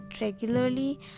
regularly